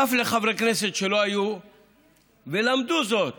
ואף לחברי כנסת שלא היו ולמדו זאת